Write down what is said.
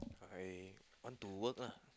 I want to work lah